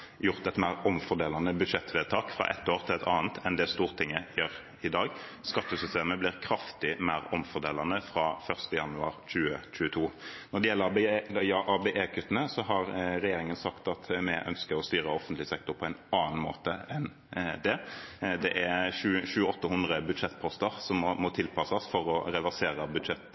omfordelende budsjettvedtak fra ett år til et annet enn det Stortinget gjør i dag. Skattesystemet blir kraftig mer omfordelende fra 1. januar 2022. Når det gjelder ABE-kuttene, har regjeringen sagt at vi ønsker å styre offentlig sektor på en annen måte enn det. Det er 700–800 budsjettposter som må tilpasses for å reversere